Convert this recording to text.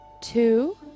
two